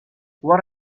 what